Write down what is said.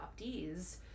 adoptees